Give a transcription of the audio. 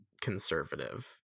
conservative